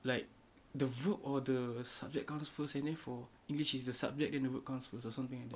like the verb or the subject comes first and then for english is the subject then the verb comes or something like that